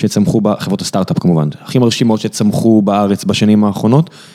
שצמחו בחברות הסטארט-אפ כמובן, הכי מרשימות שיצמחו בארץ בשנים האחרונות.